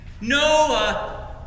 no